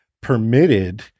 permitted